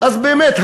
אז באמת,